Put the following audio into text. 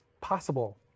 possible